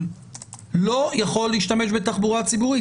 לא יכול להשתמש בתחבורה הציבורית.